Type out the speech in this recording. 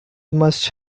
must